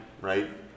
right